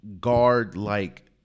guard-like